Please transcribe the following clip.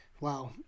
wow